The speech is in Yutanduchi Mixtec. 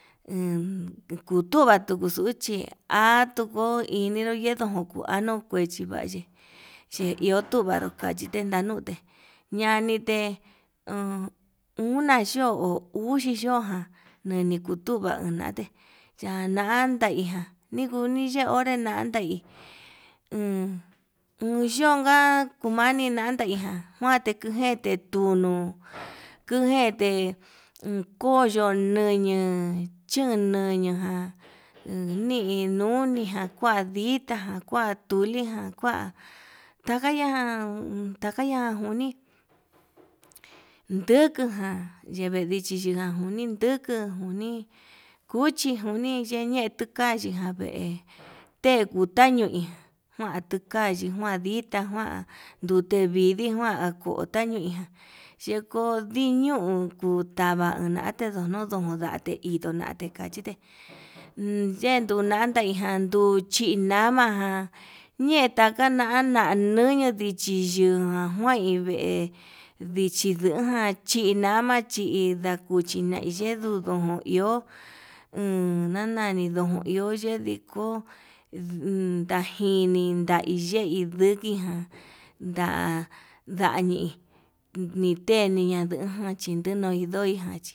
En kutuva xuu xuchi atoko ininro yenrojo nono, kuechi vachi chi iho tuvaru kachi nonanu te ñanite una yo'ó o uxi yo'ó ján nani kutuva onante, yanan taijan niguni nii onre nuyandai uun unyonka mani nandaiján njuante kujete tuu kunuu kujente, inkoyo naña chún naña uu ni inuni ján kua ditá jan kua tuli ján, kua takayan takañan njuni ndukujan yeve ndichijan njuni ndukuu njuni cuchi yene tukabuu ja vee tekuta ñuin, njuna tukaye njuan ndita njuan ndute vidii njuan nduta ñoi ñayeko ndiñon utava ndane n te nuda'a, ndate idonate kai chite yenduu nandai ján nduchi nama ján ñeta kana ñunuu ndichi yu jan njuain, dee ndichi nduján chi nama chi ndakuchi nayedun ndojo iho uun ndanani yukuho yediko uum ndajini, ndaiyei nduki ján nda ndañii niteñi nadujan chitinui ndoiján.